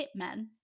hitmen